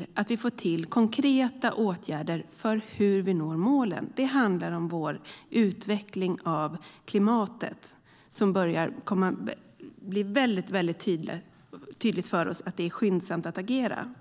Vi behöver få till konkreta åtgärder för hur vi ska nå målen. Det handlar om vår utveckling av klimatet, där det börjar bli väldigt tydligt för oss att det är bråttom att agera.